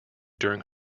during